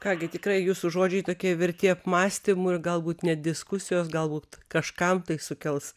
ką gi tikrai jūsų žodžiai tokie verti apmąstymų ir galbūt net diskusijos galbūt kažkam tai sukels